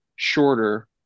shorter